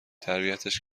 تربیتش